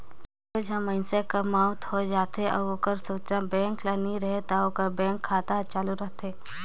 कइयो झन मइनसे कर मउत होए जाए रहथे अउ ओकर सूचना बेंक ल नी रहें ता ओकर बेंक खाता हर चालू रहथे